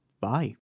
bye